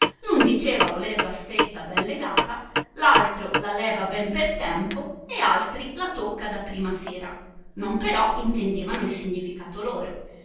uno diceva voler la stretta ben legata l altro la leva ben per tempo e altri la tocca da prima sera non però intendevano il significato loro